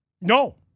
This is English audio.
No